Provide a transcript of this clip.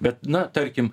bet na tarkim